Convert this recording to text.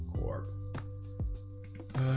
corp